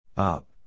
Up